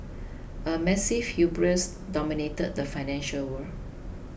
a massive hubris dominated the financial world